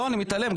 אני מתעלם,